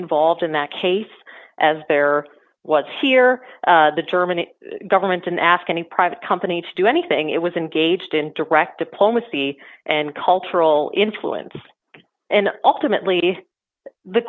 involved in that case as there was here the german government didn't ask any private company to do anything it was engaged in direct diplomacy and cultural influence and ultimately the